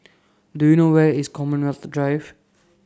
Do YOU know Where IS Commonwealth Drive